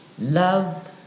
love